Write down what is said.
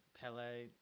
Pele